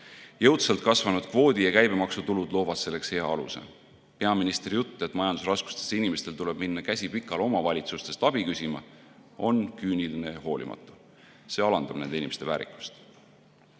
Jõudsalt kasvanud kvoodi- ja käibemaksutulud loovad selleks hea aluse. Peaministri jutt, et majandusraskustes inimestel tuleb minna, käsi pikal, omavalitsustest abi küsima, on küüniline ja hoolimatu. See alandab inimeste väärikust. Kuulsin